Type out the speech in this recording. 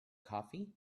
coffee